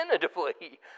definitively